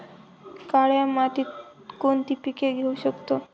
काळ्या मातीत कोणती पिके घेऊ शकतो?